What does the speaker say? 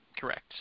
Correct